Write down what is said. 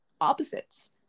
opposites